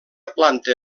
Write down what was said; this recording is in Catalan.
planta